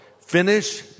Finish